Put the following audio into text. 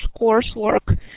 coursework